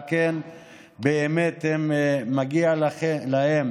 ועל כן באמת מגיע להם